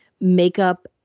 makeup